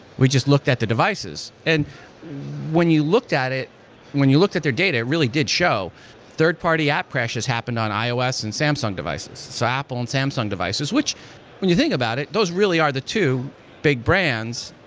we just looked at the devices. and when you looked at it when you look at their data, it really did show third-party app crashes happened on ios and samsung devices, so apple and samsung devices. which when you think about it, those really are the two big brands,